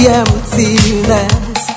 emptiness